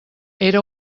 era